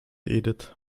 edith